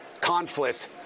conflict